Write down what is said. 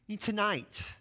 Tonight